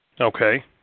Okay